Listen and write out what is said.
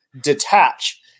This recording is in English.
detach